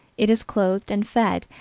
it is clothed and fed,